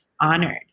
honored